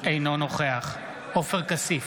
אינו נוכח עופר כסיף,